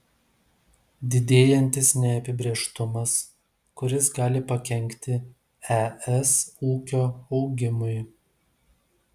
didėjantis neapibrėžtumas kuris gali pakenkti es ūkio augimui